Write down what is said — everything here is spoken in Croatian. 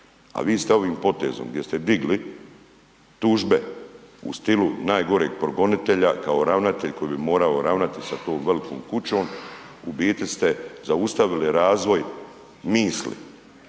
a vi ste ovim potezom gdje ste digli tužbe u stilu najgoreg progonitelja kao ravnatelj koji bi morao ravnati sa tom velikom kućom, u biti ste zaustavili razvoj misli.